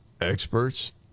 experts